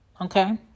okay